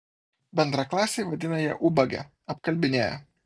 bendraklasiai vadina ją ubage apkalbinėja